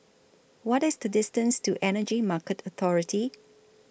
What IS The distance to Energy Market Authority